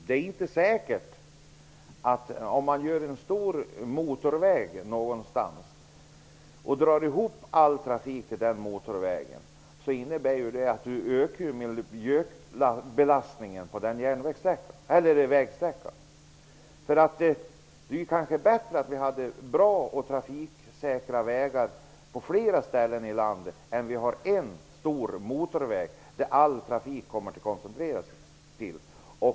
Om man bygger en stor motorväg och drar all trafik på den motorvägen ökar miljöbelastningen på den vägsträckan. Det är kanske bättre att ha bra och trafiksäkra vägar på flera ställen i landet än en stor motorväg dit all trafik kommer att koncentreras.